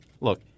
look